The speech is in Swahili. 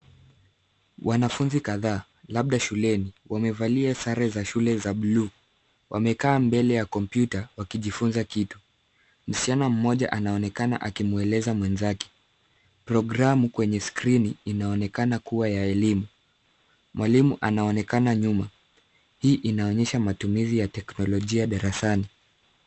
Wanafunzi kadhaa labda shuleni wamevalia zare za bluu. Wamekaa mbele ya kompyuta wakijifunza kitu. Msichana mmoja anaonekana akimweleza mwenzake. Programu kwenye screen inaonekana kuwa ya elimu. Mwalimu anaonekana nyuma. Hii inaonyesha matumizi ya teknolojia darasani.